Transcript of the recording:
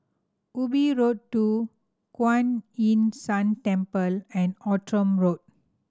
Ubi Road Two Kuan Yin San Temple and Outram Road